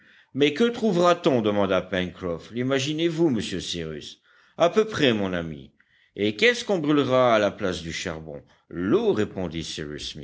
mais que trouvera-t-on demanda pencroff limaginez vous monsieur cyrus à peu près mon ami et qu'est-ce qu'on brûlera à la place du charbon l'eau répondit